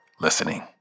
listening